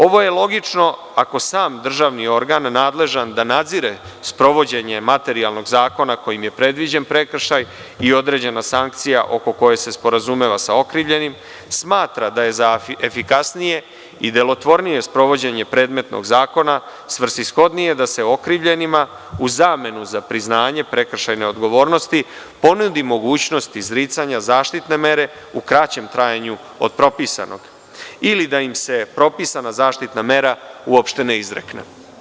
Ovo je logično ako sam državni organ, nadležan da nadzire sprovođenje materijalnog zakona kojim je predviđen prekršaj i određena sankcija oko koje se sporazumeva sa okrivljenim, smatra da je za efikasnije i delotvornije sprovođenje predmetnog zakona svrsishodnije da se okrivljenima u zamenu za priznanje prekršajne odgovornosti ponudi mogućnost izricanja zaštitne mere u kraćem trajanju od propisanog ili da im se propisana zaštitna mera uopšte ne izrekne.